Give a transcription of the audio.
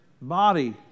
body